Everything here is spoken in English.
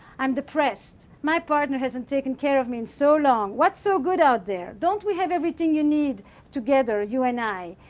i'm depressed. my partner hasn't taken care of me in so long. what's so good out there? don't we have everything you need together, you and i?